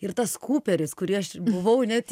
ir tas kuperis kurį aš buvau net